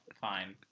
Fine